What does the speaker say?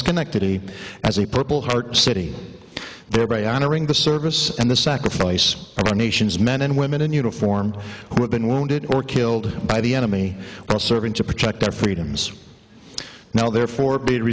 schenectady as a purple heart city thereby honoring the service and the sacrifice of our nation's men and women in uniform who have been wounded or killed by the enemy while serving to protect our freedoms now therefore be